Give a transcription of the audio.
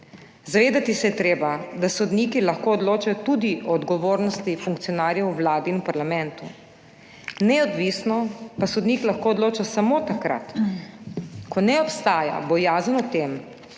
Zavedati se je treba, da sodniki lahko odločajo tudi o odgovornosti funkcionarjev v Vladi in parlamentu, neodvisno pa sodnik lahko odloča samo takrat, ko ne obstaja bojazen o tem,